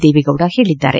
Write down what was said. ದೇವೇಗೌಡ ಹೇಳಿದ್ದಾರೆ